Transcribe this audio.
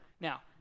now